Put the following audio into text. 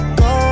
go